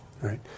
Right